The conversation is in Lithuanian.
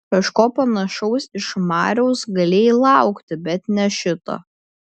kažko panašaus iš mariaus galėjai laukti bet ne šito